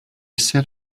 set